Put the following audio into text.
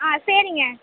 ஆ சரிங்க